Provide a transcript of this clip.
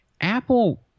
Apple